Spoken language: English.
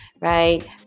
right